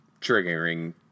triggering